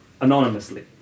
Anonymously